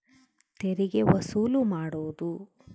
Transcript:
ತೆರಿಗೆ ವಸೂಲು ಮಾಡೋದು